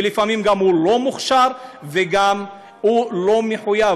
ולפעמים הוא גם לא מוכשר וגם לא מחויב,